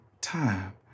time